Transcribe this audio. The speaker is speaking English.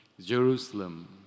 Jerusalem